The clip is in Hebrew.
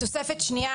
תוספת שנייה.